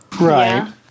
Right